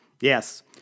Yes